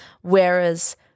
Whereas